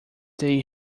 they